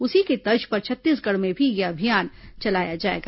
उसी की तर्ज पर छत्तीसगढ़ में भी यह अभियान चलाया जाएगा